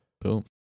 Boom